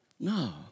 No